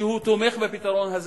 תומך בפתרון הזה,